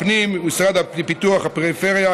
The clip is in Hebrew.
הפנים והמשרד לפיתוח הפריפריה,